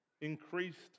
increased